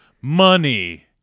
money